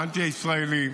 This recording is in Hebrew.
האנטי-ישראלי,